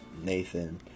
Nathan